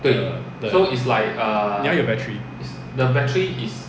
你要有 battery